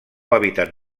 hàbitat